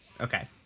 Okay